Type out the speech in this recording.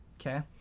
Okay